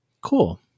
Cool